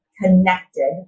connected